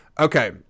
Okay